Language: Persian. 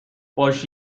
ﺧﻮﺭﺩﯾﻢ